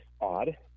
odd